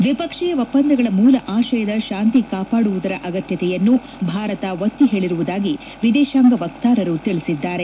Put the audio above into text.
ದ್ಲಿಪಕ್ಷೀಯ ಒಪ್ಸಂದಗಳ ಮೂಲ ಆಶಯವಾದ ಶಾಂತಿ ಕಾಪಾಡುವುದರ ಅಗತ್ಯತೆಯನ್ನು ಭಾರತ ಒತ್ತಿ ಹೇಳಿರುವುದಾಗಿ ವಿದೇಶಾಂಗ ವಕ್ತಾರರು ತಿಳಿಸಿದ್ದಾರೆ